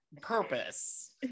purpose